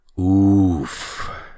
oof